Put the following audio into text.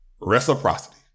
Reciprocity